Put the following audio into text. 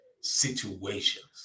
situations